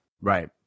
Right